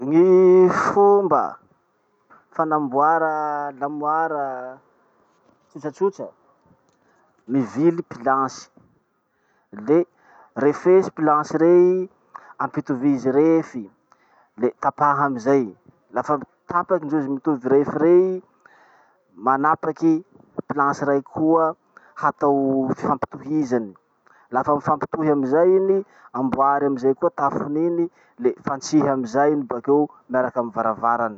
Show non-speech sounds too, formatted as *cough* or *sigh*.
Gny fomba fanamboara lamoara *noise* tsotratsotra. Mivily planche, le refesy planche rey ampitovizy refy. Le tapaha amizay, lafa tapaky ndrozy mitovy refy rey, manapaky planche raiky koa hatao fifampitohizany. Lafa mifampitohy amizay iny, amboary amizay koa tafony iny, le fantsihy amizay iny bakeo miaraky amy varavarany.